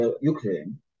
Ukraine